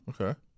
Okay